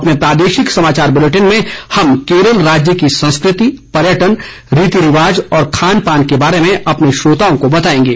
अपने प्रादेशिक समाचार बुलेटिन में हम केरल राज्य की संस्कृति पर्यटन रीति रिवाज और खान पान के बारे में अपने श्रोताओं को बताएंगे